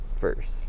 first